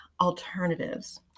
alternatives